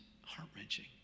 heart-wrenching